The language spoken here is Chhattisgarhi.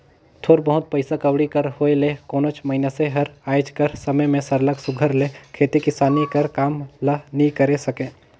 थोर बहुत पइसा कउड़ी कर होए ले कोनोच मइनसे हर आएज कर समे में सरलग सुग्घर ले खेती किसानी कर काम ल नी करे सके